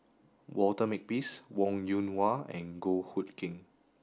Walter Makepeace Wong Yoon Wah and Goh Hood Keng